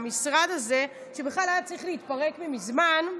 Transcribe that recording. המשרד הזה, שבכלל היה צריך להתפרק מזמן,